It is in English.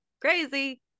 crazy